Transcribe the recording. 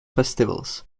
festivals